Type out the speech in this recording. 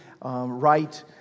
right